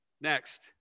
Next